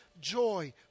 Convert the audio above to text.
joy